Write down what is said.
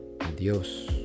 Adios